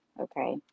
Okay